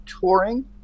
touring